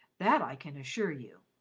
that i can assure you.